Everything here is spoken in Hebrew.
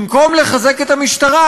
במקום לחזק את המשטרה,